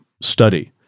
study